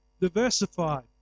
diversified